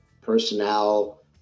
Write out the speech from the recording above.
personnel